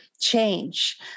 change